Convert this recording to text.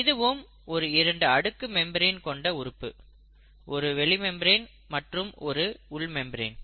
இதுவும் ஒரு இரண்டு அடுக்கு மெம்பரேன் கொண்ட உறுப்பு ஒரு வெளி மெம்பரேன் மற்றும் ஒரு உள் மெம்பரேன்